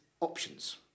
options